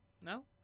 No